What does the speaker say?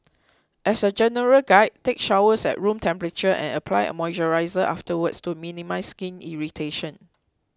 as a general guide take showers at room temperature and apply moisturiser afterwards to minimise skin irritation